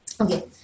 Okay